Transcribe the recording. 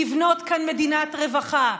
לבנות כאן מדינת רווחה,